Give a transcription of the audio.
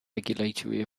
regulatory